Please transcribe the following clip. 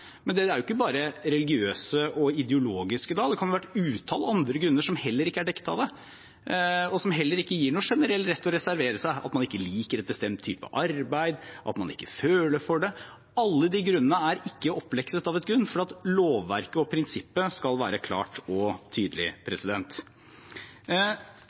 Men det er jo ikke bare religiøse og ideologiske – det kan være et utall andre grunner som heller ikke er dekket av det, og som heller ikke gir noen generell rett til å reservere seg. At man ikke liker en bestemt type arbeid, at man ikke føler for det – alle de grunnene er ikke opplistet av en grunn, for at lovverket og prinsippet skal være klart og tydelig.